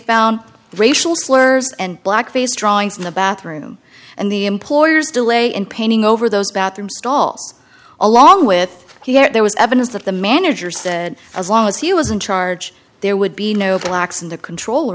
found racial slurs and black face drawings in the bathroom and the employer's delay in painting over those about them stalls along with he there was evidence that the manager said as long as he was in charge there would be no blacks in the control